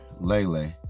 Lele